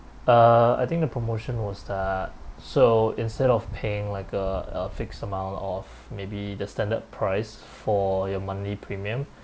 uh I think the promotion was that so instead of paying like a a fixed amount of maybe the standard price for your monthly premium